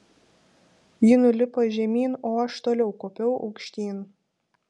ji nulipo žemyn o aš toliau kopiau aukštyn